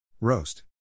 Roast